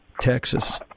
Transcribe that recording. Texas